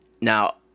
Now